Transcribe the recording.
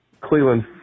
Cleveland